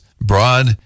broad